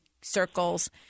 circles